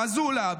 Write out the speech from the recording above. מזולה,